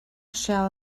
shall